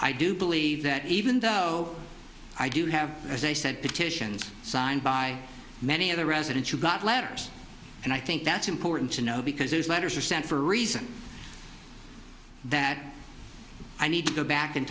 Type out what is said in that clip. i do believe that even though i do have as i said petitions signed by many of the residents who got letters and i think that's important to know because those letters are sent for a reason that i need to go back and